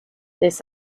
this